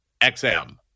XM